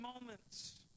moments